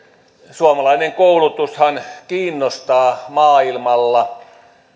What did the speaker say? suomalainen koulutushan kiinnostaa maailmalla